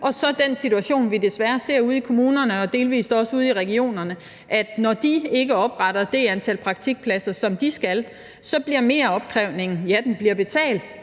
og så den situation, vi desværre ser ude i kommunerne og delvis også ude i regionerne, at når de ikke opretter det antal praktikpladser, som de skal, så bliver meropkrævningen betalt,